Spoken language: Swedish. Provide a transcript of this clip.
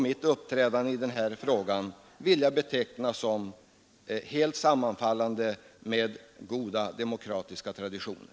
Mitt ställningstagande i den här frågan överensstämmer med centerns i riksdagen och sammanfaller enligt vår mening med goda demokratiska traditioner.